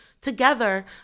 Together